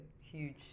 huge